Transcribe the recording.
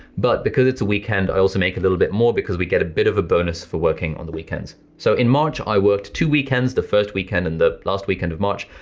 but because its a weekend i also make a little bit more because we get a bit of a bonus for working on the weekends. so in march i worked two weekends, the first weekend and the last weekend of march,